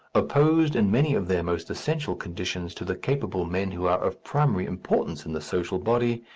opposed in many of their most essential conditions to the capable men who are of primary importance in the social body,